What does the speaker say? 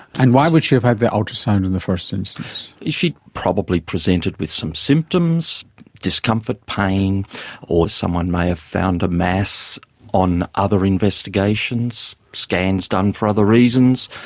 and why would she have had the ultrasound in the first instance? she probably presented with some symptoms discomfort, pain or someone may have found a mass on other investigations, scans done for other reasons,